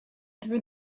through